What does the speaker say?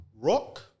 Rock